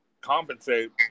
compensate